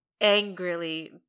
angrily